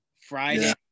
friday